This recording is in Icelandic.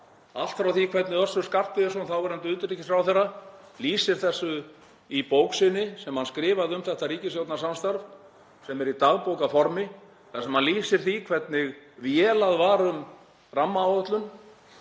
allt frá því hvernig Össur Skarphéðinsson, þáverandi utanríkisráðherra, lýsir þessu í bók sinni sem hann skrifaði um það ríkisstjórnarsamstarf, sem er í dagbókarformi, þar sem hann lýsir hvernig vélað var um rammaáætlun.